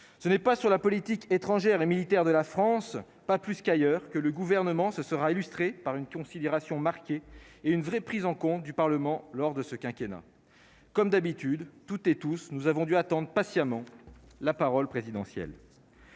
ce n'est pas sur la politique étrangère et militaire de la France, pas plus qu'ailleurs, que le gouvernement se sera illustré par une considération marqué et une vraie prise en compte du Parlement lors de ce quinquennat comme d'habitude, toutes et tous, nous avons dû attendent patiemment la parole présidentielle.